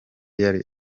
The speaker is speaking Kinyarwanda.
yari